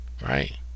Right